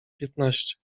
piętnaście